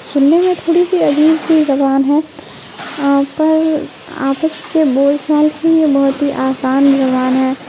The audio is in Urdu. سننے میں تھوڑی سی عجیب سی زبان ہے پر آپس کے بول چال کے لیے بہت ہی آسان زبان ہے